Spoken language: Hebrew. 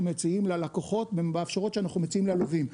מציעים ללקוחות ובאפשרויות שאנחנו מציעים ללווים.